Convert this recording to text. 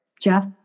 Jeff